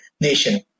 nation